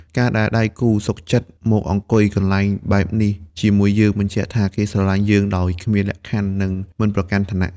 ការដែលដៃគូសុខចិត្តមកអង្គុយកន្លែងបែបនេះជាមួយយើង បញ្ជាក់ថាគេស្រឡាញ់យើងដោយគ្មានលក្ខខណ្ឌ និងមិនប្រកាន់ឋានៈ។